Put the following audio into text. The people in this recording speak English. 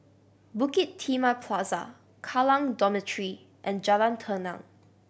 Bukit Timah Plaza Kallang Dormitory and Jalan Tenang